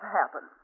happen